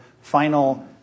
final